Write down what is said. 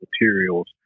materials